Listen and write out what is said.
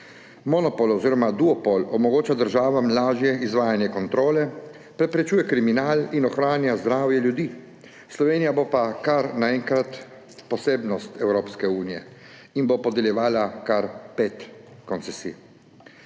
Monopol oziroma duopol omogoča državam lažje izvajanje kontrole, preprečuje kriminal in ohranja zdravje ljudi, Slovenija bo pa kar naenkrat posebnost Evropske unije in bo podeljevala kar 5 koncesij.